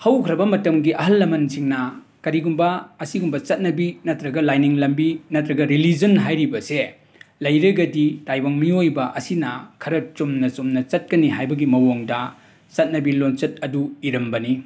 ꯍꯧꯈ꯭ꯔꯕ ꯃꯇꯝꯒꯤ ꯑꯍꯜ ꯂꯃꯟꯁꯤꯡꯅ ꯀꯔꯤꯒꯨꯝꯕ ꯑꯁꯤꯒꯨꯝꯕ ꯆꯠꯅꯕꯤ ꯅꯠꯇ꯭ꯔꯒ ꯂꯥꯏꯅꯤꯡ ꯂꯝꯕꯤ ꯅꯠꯇ꯭ꯔꯒ ꯔꯤꯂꯤꯖꯟ ꯍꯥꯏꯔꯤꯕꯁꯦ ꯂꯩꯔꯒꯗꯤ ꯇꯥꯏꯕꯪ ꯃꯤꯑꯣꯏꯕ ꯑꯁꯤꯅ ꯈꯔ ꯆꯨꯝꯅ ꯆꯨꯝꯅ ꯆꯠꯀꯅꯤ ꯍꯥꯏꯕꯒꯤ ꯃꯑꯣꯡꯗ ꯆꯠꯅꯕꯤ ꯂꯣꯟꯆꯠ ꯑꯗꯨ ꯏꯔꯝꯕꯅꯤ